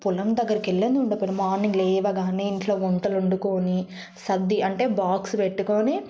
పొలం దగ్గరికి వెళ్ళని ఉండకపోని మార్నింగ్ లేవగానే ఇంట్లో వంటలు వండుకొని సద్ది అంటే బాక్స్ పెట్టుకొని